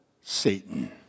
Satan